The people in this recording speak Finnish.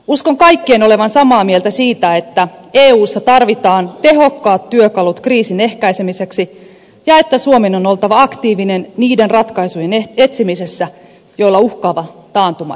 uskon kaikkien olevan samaa mieltä siitä että eussa tarvitaan tehokkaat työkalut kriisin ehkäisemiseksi ja että suomen on oltava aktiivinen niiden ratkaisujen etsimisessä joilla uhkaava taantuma estetään